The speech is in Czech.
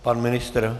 Pan ministr?